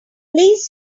please